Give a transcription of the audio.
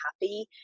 happy